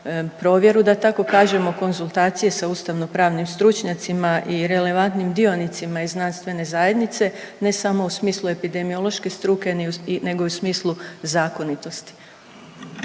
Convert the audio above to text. provjeru, konzultacije sa ustavnopravnim stručnjacima i relevantnim dionicima iz znanstvene zajednice ne samo u smislu epidemiološke struke nego i u smislu zakonitosti.